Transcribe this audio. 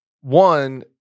one